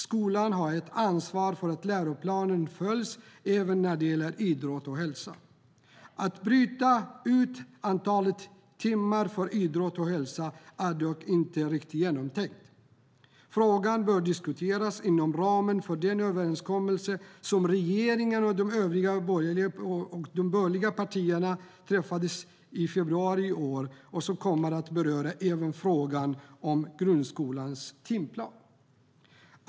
Skolan har ett ansvar för att läroplanen följs även när det gäller idrott och hälsa. Att bryta ut antalet timmar för idrott och hälsa är dock inte riktigt genomtänkt. Frågan bör diskuteras inom ramen för den överenskommelse som regeringen och de borgerliga partierna träffade i februari i år och som kommer att beröra även frågan om grundskolans timplan.